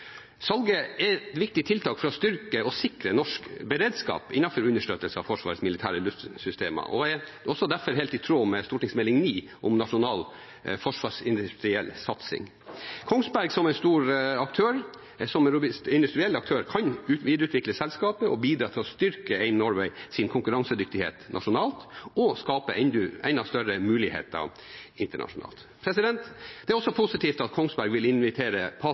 sikre norsk beredskap innenfor understøttelse av Forsvarets militære luftsystemer og er derfor helt i tråd med Meld. St. 9 for 2015–2016, Nasjonal forsvarsindustriell strategi. Kongsberg kan som en stor industriell aktør videreutvikle selskapet og bidra til å styrke konkurransedyktigheten til AIM Norway nasjonalt og skape enda større muligheter internasjonalt. Det er også positivt at Kongsberg vil invitere